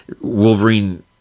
wolverine